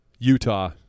Utah